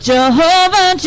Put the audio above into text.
Jehovah